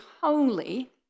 holy